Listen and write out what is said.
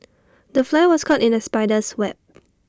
the fly was caught in the spider's web